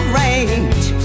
range